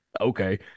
okay